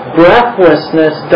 breathlessness